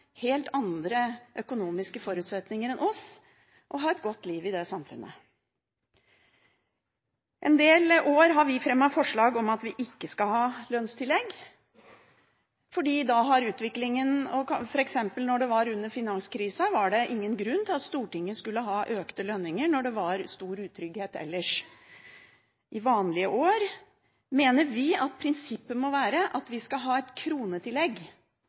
helt andre økonomiske forutsetninger enn oss å ha et godt liv i dette samfunnet. I en del år har vi fremmet forslag om at vi ikke skal ha lønnstillegg. For eksempel under finanskrisen var det ingen grunn til at Stortinget skulle ha økte lønninger når det var stor utrygghet ellers. I vanlige år mener vi at prinsippet må være at vi skal ha et kronetillegg,